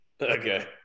Okay